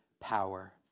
power